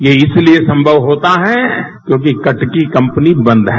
यह इसलिए संभव होता है क्योंकि कटकीकंपनी बंद है